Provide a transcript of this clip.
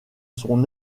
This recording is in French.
son